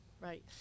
right